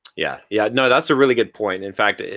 yeah, yeah. no, that's a really good point. in fact,